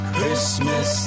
Christmas